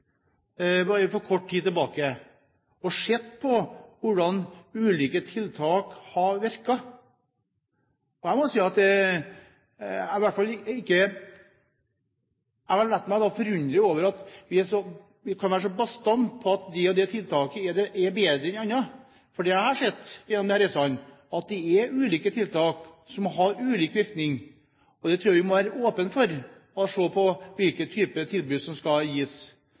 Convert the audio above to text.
for kort tid tilbake, og vi har sett på hvordan ulike tiltak har virket. Jeg må si at jeg har latt meg forundre over at vi kan være så bastante på at det og det tiltaket er bedre enn et annet, for det jeg har sett på disse reisene, er at ulike tiltak har ulik virkning, og jeg tror vi må være åpne for å se på hvilken type tilbud som skal gis.